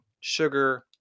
sugar